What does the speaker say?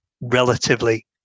relatively